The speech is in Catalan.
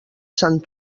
sant